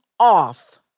off